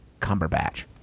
Cumberbatch